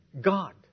God